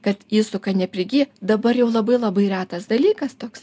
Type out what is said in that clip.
kad įsuka ir neprigyja dabar jau labai labai retas dalykas toks